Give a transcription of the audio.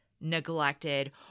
neglected